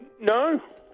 No